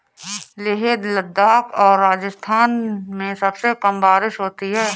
लेह लद्दाख और राजस्थान में सबसे कम बारिश होती है